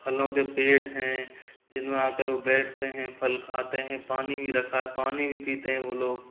फलों के पेड़ हैं जिनमें आकर वो बैठते हैं फल खाते हैं पानी भी रखा है पानी भी पीते हैं वो लोग